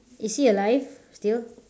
is he alive still